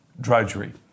drudgery